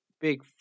big